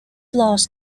lost